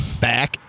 back